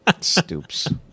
stoops